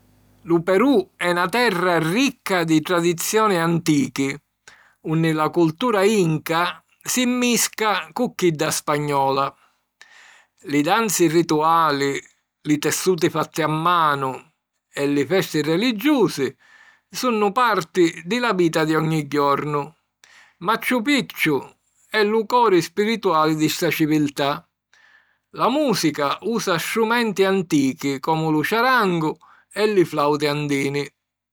Lu Perù è na terra ricca di tradizioni antichi, unni la cultura inca si mmisca cu chidda spagnola. Li danzi rituali, li tessuti fatti a manu e li festi religiusi sunnu parti di la vita di ogni jornu. Machu Picchu è lu cori spirituali di sta civiltà. La mùsica usa strumenti antichi comu lu charango e li flauti andini.